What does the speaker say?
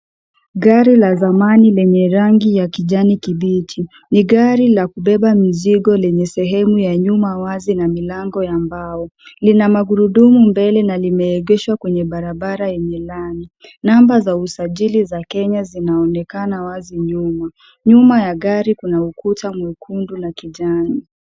Gari la zamani lenye rangi ya kijani kibichi. Ni gari la kubeba mizigo lenye sehemu ya nyuma wazi na milango ya mbao. Lina magurudumu mbele na limeegeshwa kwenye barabara yenye lami. Namba za usajili za Kenya zinaonekana wazi nyuma. Nyuma ya gari kuna ukuta mwekundu na kijani.